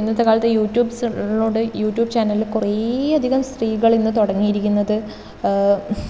ഇന്നത്തെ കാലത്ത് യുറ്റൂബ്സ് ഉള്ളതുകൊണ്ട് യുറ്റൂബ് ചാനലിൽ കുറേ അധികം സ്ത്രീകൾ ഇന്ന് തുടങ്ങിയിരിക്കുന്നത്